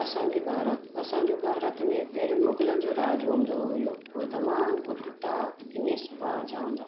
असांजे भारत असांजो भारत में पहिरियों मुघलनि जो राॼु हूंदो हुओ उहे तमामु कुरुरता किने सुभाउ जा हूंदा